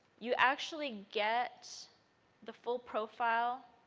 you actually get the full profile.